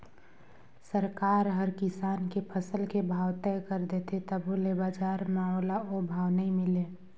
सरकार हर किसान के फसल के भाव तय कर देथे तभो ले बजार म ओला ओ भाव नइ मिले